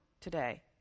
today